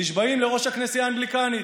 נשבעים לראש הכנסייה האנגליקנית,